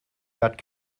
that